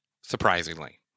surprisingly